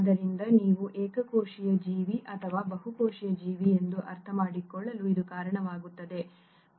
ಆದ್ದರಿಂದ ನೀವು ಏಕಕೋಶೀಯ ಜೀವಿ ಅಥವಾ ಬಹುಕೋಶೀಯ ಜೀವಿ ಎಂದು ಅರ್ಥಮಾಡಿಕೊಳ್ಳಲು ಇದು ಕಾರಣವಾಗುತ್ತದೆ